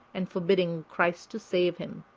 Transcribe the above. and forbidding christ to save him.